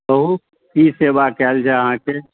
कहू की सेवा कएल जाए अहाँके